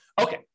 Okay